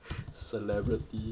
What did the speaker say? celebrity